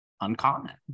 uncommon